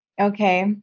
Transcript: Okay